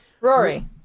Rory